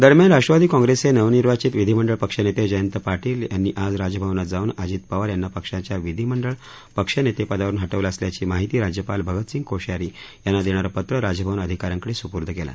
दरम्यान राष्ट्रवादी काँग्रेसचे नवनिर्वाचित विधीमंडळ पक्षनेते जयंत पारील यांनी आज राजभवनात जाऊन अजित पवार यांना पक्षाच्या विधीमंडळ पक्षनेतेपदावरुन हा वेलं असल्याची माहिती राज्यपाल भगतसिंग कोशयारी यांना देणारं पत्र राजभवन अधिकाऱ्यांकडे सुर्पूद केलं